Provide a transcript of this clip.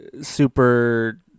super